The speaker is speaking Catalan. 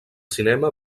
cinema